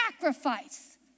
sacrifice